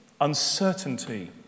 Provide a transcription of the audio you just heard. uncertainty